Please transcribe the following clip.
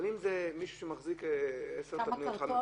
אבל אם זה מישהו שמחזיק עשר תבניות,